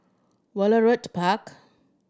Woollerton Park